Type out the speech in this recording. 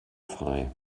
frei